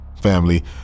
family